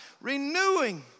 renewing